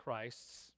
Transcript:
Christs